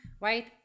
right